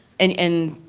and in